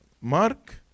Mark